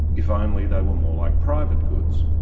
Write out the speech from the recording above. if only they were more like private goods!